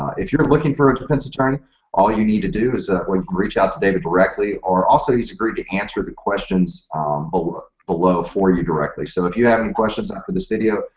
if you are looking for a defense attorney all you need to do is ah like reach out to david directly. also, he's agreed to answer the questions below below for you directly. so if you have any questions after this video,